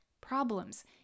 problems